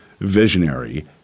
visionary